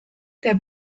der